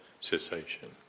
cessation